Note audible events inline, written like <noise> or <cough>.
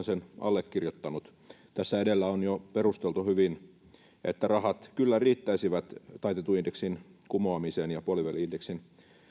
<unintelligible> sen allekirjoittanut tässä edellä on jo perusteltu hyvin että rahat kyllä riittäisivät taitetun indeksin kumoamiseen ja puoliväli indeksin